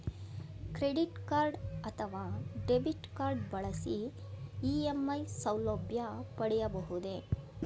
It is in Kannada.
ಕ್ರೆಡಿಟ್ ಕಾರ್ಡ್ ಅಥವಾ ಡೆಬಿಟ್ ಕಾರ್ಡ್ ಬಳಸಿ ಇ.ಎಂ.ಐ ಸೌಲಭ್ಯ ಪಡೆಯಬಹುದೇ?